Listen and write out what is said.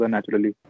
Naturally